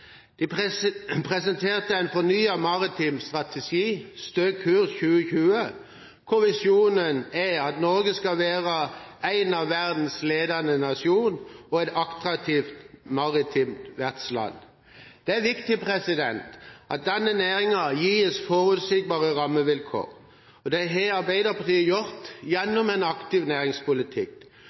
De presenterte en ny maritim strategi, Stø kurs 2020, hvor visjonen er at Norge skal være en av verdens ledende nasjoner og et attraktivt maritimt verftsland. Det er viktig at denne næringa gis forutsigbare rammevilkår. Det har Arbeiderpartiet gjort gjennom en aktiv næringspolitikk.